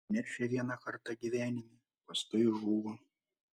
neršia vieną kartą gyvenime paskui žūva